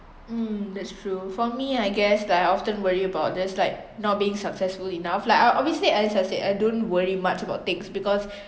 mm that's true for me I guess like I often worry about just like not being successful enough lah like I obviously as I said I don't worry much about things because